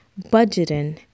budgeting